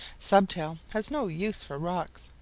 stubtail has no use for rocks.